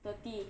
thirty